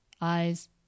eyes